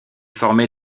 formé